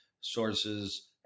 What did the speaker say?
sources